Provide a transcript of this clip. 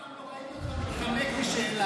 אף פעם לא ראיתי אותך מתחמק משאלה.